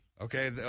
Okay